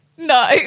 No